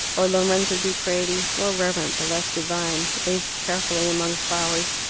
or lorenzo di credi, more reverent but less divine, lays carefully among flowers,